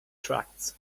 tracts